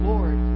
Lord